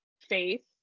faith